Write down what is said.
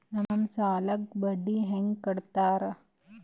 ನಮ್ ಸಾಲಕ್ ಬಡ್ಡಿ ಹ್ಯಾಂಗ ಕೊಡ್ತಾರ?